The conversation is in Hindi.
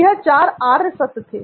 वह चार आर्य सत्य थे